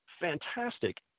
fantastic